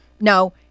No